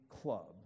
club